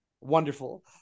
wonderful